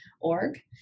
org